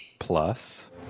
Plus